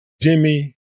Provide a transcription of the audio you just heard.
Jimmy